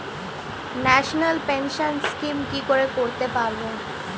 National pension scheme কি করে করতে পারব?